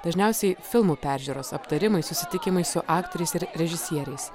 dažniausiai filmų peržiūros aptarimai susitikimai su aktoriais ir režisieriais